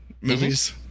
movies